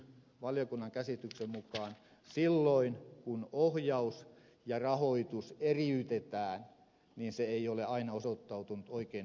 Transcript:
valiokunnan käsityksen mukaan silloin kun ohjaus ja rahoitus eriytetään niin se ei ole aina osoittautunut oikein hyväksi